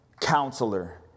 Counselor